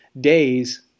days